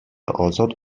ازاد